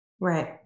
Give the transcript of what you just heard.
Right